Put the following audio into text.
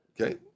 Okay